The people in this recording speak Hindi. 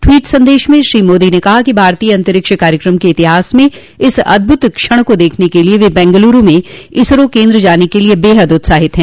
ट्वीट संदेश में श्री मोदी ने कहा कि भारतीय अंतरिक्ष कार्यक्रम के इतिहास में इस अद्भुत क्षण को देखने के लिए वे बेंगलूरू में इसरो केंद्र जाने के लिए बेहद उत्साहित हैं